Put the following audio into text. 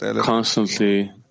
constantly